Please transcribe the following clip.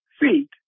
feet